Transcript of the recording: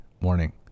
morning